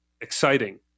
exciting